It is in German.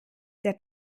der